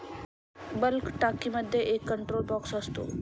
bulk टाकीमध्ये एक control box असतो